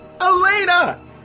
Elena